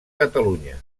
catalunya